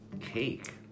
cake